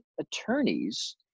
attorneys